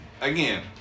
Again